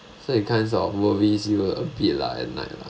so in terms of worries you will a bit lah at night lah